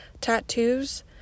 tattoos